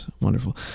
Wonderful